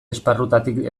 esparrutatik